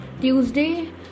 Tuesday